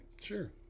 Sure